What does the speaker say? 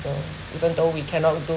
even though we cannot